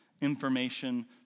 information